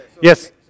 Yes